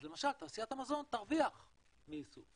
אז למשל תעשיית המזון תרוויח מייסוף.